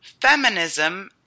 feminism